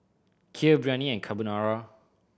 Kheer Biryani and Carbonara